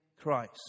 Christ